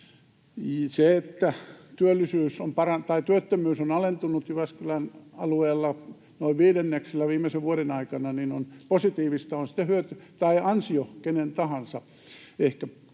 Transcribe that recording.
Se, että työttömyys on alentunut Jyväskylän alueella noin viidenneksellä viimeisen vuoden aikana, on positiivista, on sitten ansio kenen tahansa. Ehkä